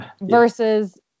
versus